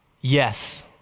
Yes